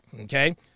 okay